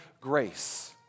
grace